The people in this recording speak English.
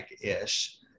ish